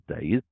days